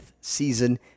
season